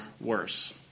worse